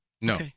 No